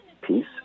peace